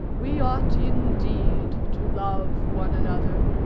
we ought indeed to love one another,